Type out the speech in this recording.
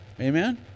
Amen